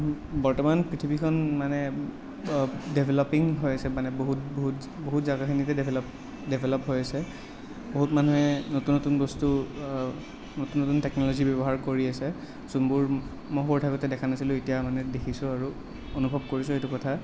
বৰ্তমান পৃথিৱীখন মানে ডেভলপিং হৈ আছে মানে বহুত বহুত বহুত জাগাখিনিতে ডেভলপ ডেভলপ হৈ আছে বহুত মানুহে নতুন নতুন বস্তু নতুন নতুন টেক্নলজি ব্যৱহাৰ কৰি আছে যোনবোৰ মই সৰু থাকোঁতে দেখা নাছিলোঁ এতিয়া মানে দেখিছোঁ আৰু অনুভৱ কৰিছোঁ এইটো কথা